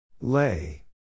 Lay